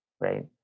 right